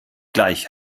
gleich